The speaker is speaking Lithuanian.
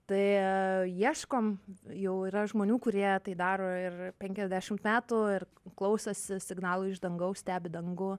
tai ieškom jau yra žmonių kurie tai daro ir penkiasdešimt metų ir klausosi signalų iš dangaus stebi dangų